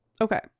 okay